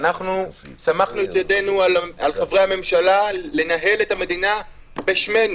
אנחנו סמכנו את ידינו על חברי הממשלה לנהל את המדינה בשמנו,